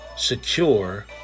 Secure